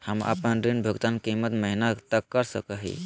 हम आपन ऋण भुगतान कितना महीना तक कर सक ही?